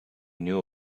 knew